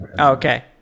okay